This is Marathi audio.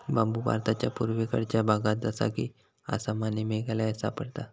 बांबु भारताच्या पुर्वेकडच्या भागात जसा कि आसाम आणि मेघालयात सापडता